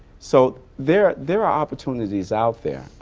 so, there there are opportunities out there.